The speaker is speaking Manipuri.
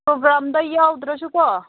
ꯄ꯭ꯔꯒ꯭ꯔꯥꯝꯗ ꯌꯥꯎꯗ꯭ꯔꯁꯨ ꯀꯣ